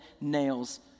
nails